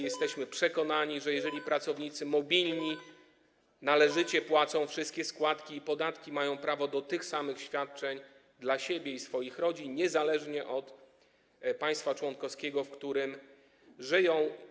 Dalej stwierdzili, iż są przekonani, że jeżeli pracownicy mobilni należycie płacą wszystkie składki i podatki, mają prawo do tych samych świadczeń dla siebie i swoich rodzin niezależnie od państwa członkowskiego, w którym żyją.